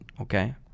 okay